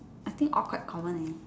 I think all quite common leh